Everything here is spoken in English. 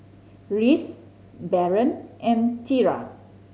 Reece Baron and Tierra